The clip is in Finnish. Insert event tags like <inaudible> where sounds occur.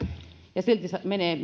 ja silti menee <unintelligible>